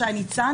שי ניצן,